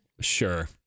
sure